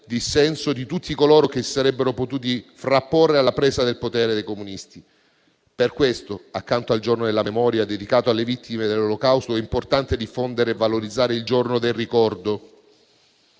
dissenso di tutti coloro che si sarebbero potuti frapporre alla presa del potere dei comunisti. Per questo, accanto al Giorno della memoria, dedicato alle vittime dell'Olocausto, è importante diffondere e valorizzare il Giorno del ricordo,